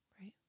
right